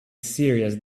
serious